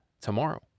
tomorrow